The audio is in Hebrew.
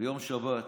ביום שבת